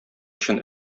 өчен